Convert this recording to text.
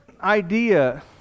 idea